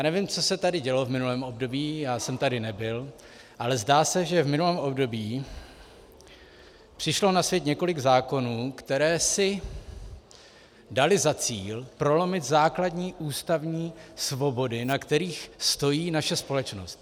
Nevím, co se tady dělo v minulém období, já jsem tady nebyl, ale zdá se, že v minulém období přišlo na svět několik zákonů, které si daly za cíl prolomit základní ústavní svobody, na kterých stojí naše společnost.